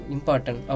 Important